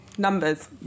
Numbers